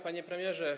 Panie Premierze!